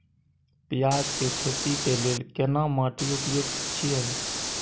पियाज के खेती के लेल केना माटी उपयुक्त छियै?